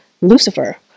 Lucifer